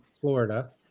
Florida